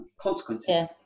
consequences